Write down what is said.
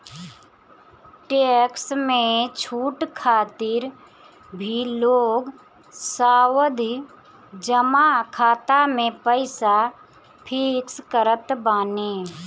tax में छूट खातिर भी लोग सावधि जमा खाता में पईसा फिक्स करत बाने